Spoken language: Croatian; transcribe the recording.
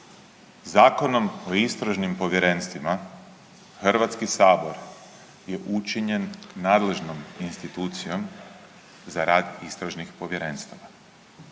Zakonom o istražnim povjerenstvima Hrvatski sabor je učinjen nadležnom institucijom za rad istražnih povjerenstava